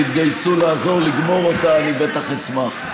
תתגייסו לעזור, לגמור אותה, אני בטח אשמח.